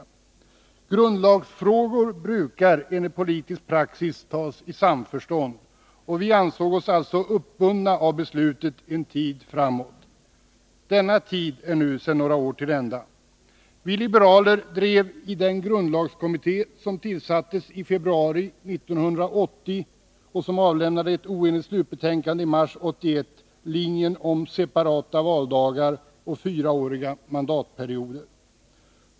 Beslut i grundlagsfrågor brukar enligt politisk praxis fattas i samförstånd, och vi ansåg oss alltså uppbundna av beslutet en tid framåt. Denna tid är nu sedan några år till ända. Viliberaler drev i den grundlagskommitté som tillsattes i februari 1980 och som avlämnade ett icke enhälligt slutbetänkande i mars 1981 linjen om separata valdagar och fyraåriga mandatperioder.